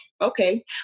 Okay